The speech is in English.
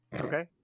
okay